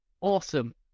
awesome